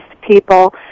people